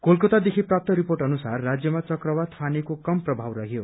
कलकतादेखि प्राप्त रिपोर्ट अनुसार राज्यमा चक्रवात फानीको कम प्रभाव रहयो